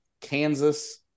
Kansas